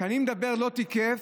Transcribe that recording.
כשאני אומר שהוא לא תיקף,